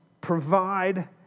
Provide